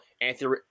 anthony